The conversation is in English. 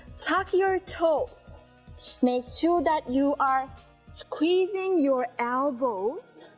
tuck your toes make sure that you are squeezing your elbows